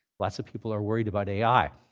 lots of people are worried about ai.